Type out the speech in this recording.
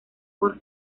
por